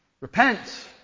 Repent